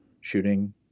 shooting